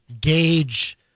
gauge